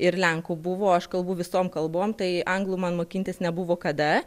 ir lenkų buvo aš kalbu visom kalbom tai anglų man mokintis nebuvo kada